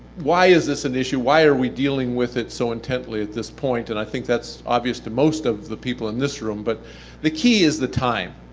why is this an issue? why are we dealing with it so intently at this point? and i think that's obvious to most of the people in this room, room, but the key is the time.